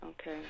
Okay